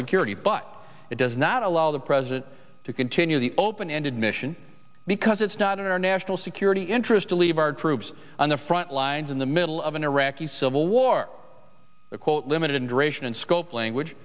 security but it does not allow the president to continue the open ended mission because it's not in our national security interest to leave our troops on the front lines in the middle of an iraqi civil war limited